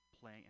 play